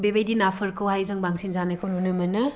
बेबायदि नाफोरखौहाय जों बांसिन जानायखौ नुनो मोनो